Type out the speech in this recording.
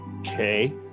okay